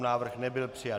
Návrh nebyl přijat.